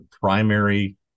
primary